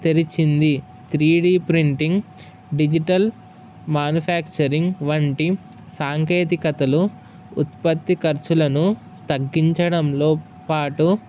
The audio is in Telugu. తెరిచింది three D printing digital manufacturing వంటి సాంకేతికతలు ఉత్పత్తి ఖర్చులను తగ్గించడంలో పాటు